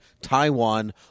Taiwan